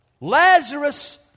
Lazarus